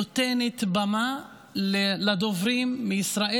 היא נותנת במה לדוברים מישראל.